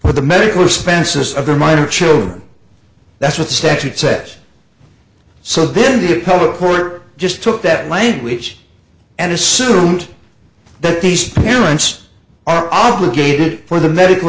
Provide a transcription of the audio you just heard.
for the medical expenses of their minor children that's what the statute says so then the appellate court just took that language and assumes that these parents are obligated for the medical